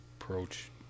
approach